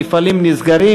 מפעלים נסגרים,